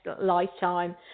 lifetime